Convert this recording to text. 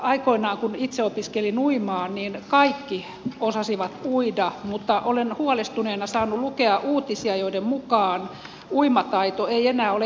aikoinaan kun itse opettelin uimaan niin kaikki osasivat uida mutta huolestuneena olen saanut lukea uutisia joiden mukaan uimataito ei enää ole itsestäänselvyys